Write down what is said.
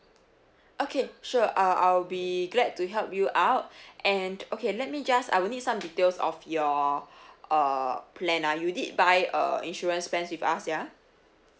okay sure uh I'll be glad to help you out and okay let me just I will need some details of your uh plan ah you did buy a insurance plan with us ya